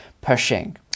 pushing